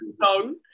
song